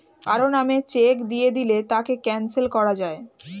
কারো নামে চেক দিয়ে দিলে তাকে ক্যানসেল করা যায়